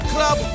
Club